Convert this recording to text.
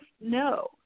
no